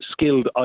skilled